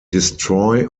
destroy